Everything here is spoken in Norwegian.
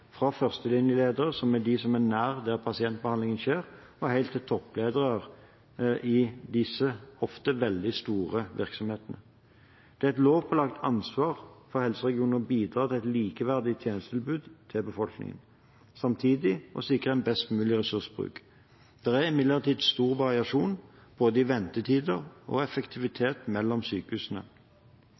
fra førstelinjelederne, som er de som er nær der pasientbehandlingen skjer, og helt til topplederne i disse ofte veldig store virksomhetene. Det er et lovpålagt ansvar for helseregionene å bidra til et likeverdig tjenestetilbud til befolkningen og samtidig sikre en best mulig ressursbruk. Det er imidlertid stor variasjon i både ventetider og effektivitet mellom sykehusene.